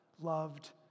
loved